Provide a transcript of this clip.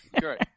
great